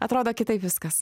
atrodo kitaip viskas